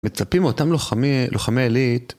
מצפים מאותם לוחמי, לוחמי אליט.